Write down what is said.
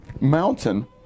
mountain